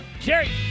Jerry